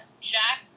Jack